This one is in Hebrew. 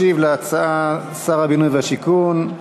ישיב על ההצעה שר הבינוי והשיכון,